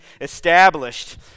established